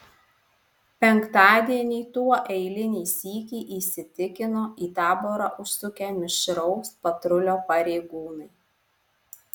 penktadienį tuo eilinį sykį įsitikino į taborą užsukę mišraus patrulio pareigūnai